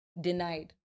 denied